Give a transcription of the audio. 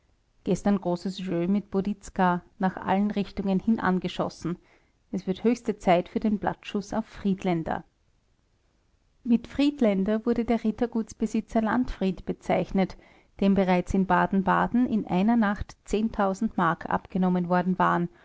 gestern großes jeu mit boditzka nach allen richtungen hin angeschossen es wird höchste zeit für den blattschuß auf friedlaender mit friedlaender wurde der rittergutsbesitzer landfried bezeichnet dem bereits in baden-baden in einer nacht mark abgenommen worden waren